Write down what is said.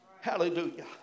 Hallelujah